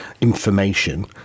information